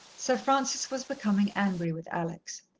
sir francis was becoming angry with alex.